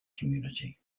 community